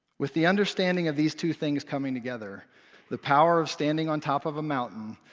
with the understanding of these two things coming together the power of standing on top of a mountain,